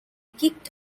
kicked